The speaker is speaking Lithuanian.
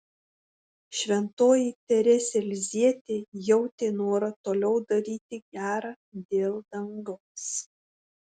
šventoji teresė lizjietė jautė norą toliau daryti gera dėl dangaus